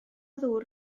ddŵr